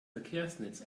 verkehrsnetz